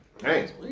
hey